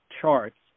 charts